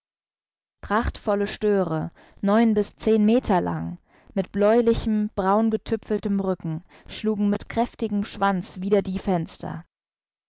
prachtvolle störe neun bis zehn meter lang mit bläulichem braun getüpfeltem rücken schlugen mit kräftigem schwanz wider die fenster